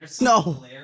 No